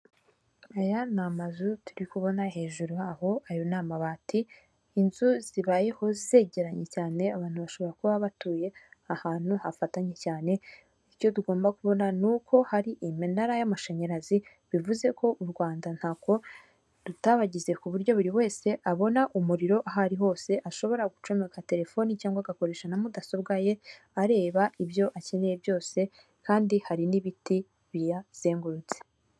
Aya ni amazu turi kubona hejuru haho ayo ni amabati inzu zibayeho zegeranye cyane abantu bashobora kuba batuye ahantu hafatanye cyane, icyo tugomba kubona ni uko hari iminara y'amashanyarazi bivuze ko u Rwanda ntako rutabagize ku buryo buri wese abona umuriro aho ari hose ashobora gucomeka telefoni cyangwa agakoresha na mudasobwa ye areba ibyo akeneye byose kandi hari n'ibiti biyazengurutse.